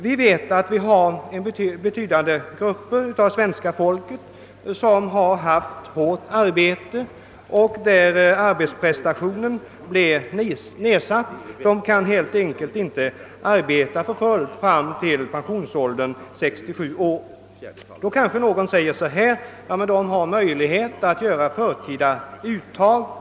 Vi vet att vi har betydande grupper av svenska folket som haft ett hårt arbete och fått prestationsförmågan nedsatt; de kan helt enkelt inte arbeta för fullt fram till pensionsåldern 67 år. Då kanske någon säger: Ja, men de har möjlighet att göra förtidsuttag.